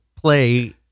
play